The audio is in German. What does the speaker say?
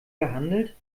gehandelt